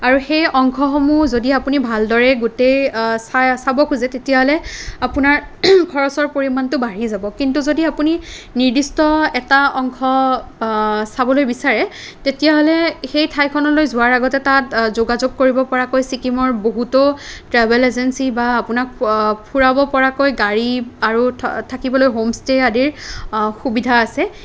আৰু সেই অংশসমূহ যদি আপুনি ভালদৰে গোটেই চাই চাব খোজে তেতিয়াহ'লে আপোনাৰ খৰচৰ পৰিমাণটো বাঢ়ি যাব কিন্তু যদি আপুনি নিৰ্দিষ্ট এটা অংশ চাবলৈ বিচাৰে তেতিয়াহ'লে সেই ঠাইখনলৈ যোৱাৰ আগতে তাত যোগাযোগ কৰিব পৰাকৈ ছিকিমৰ বহুতো ট্ৰেভেল এজেঞ্চি বা আপোনাক ফুৰাব পৰাকৈ গাড়ী আৰু থ থাকিবলৈ হোম ষ্টে' আদিৰ সুবিধা আছে